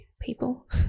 people